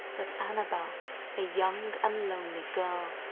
but annabelle a young and lonely girl.